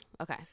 Okay